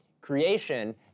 creation